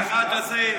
באחד הזה,